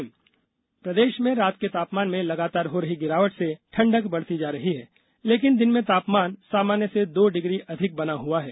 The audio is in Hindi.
मौसम प्रदेश में रात के तामपान में लगातार हो रही गिरावट से ठंडक बढ़ती जा रही है लेकिन दिन में तापमान सामान्य से दो डिग्री अधिक बना हुआ है